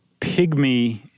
pygmy